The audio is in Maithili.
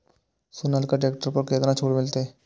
सोनालिका ट्रैक्टर पर केतना छूट मिलते?